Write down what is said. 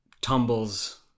tumbles